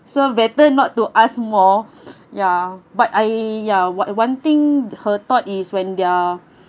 so better not to ask more ya but I ya one one thing her thought is when they are